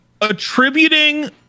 attributing